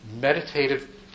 Meditative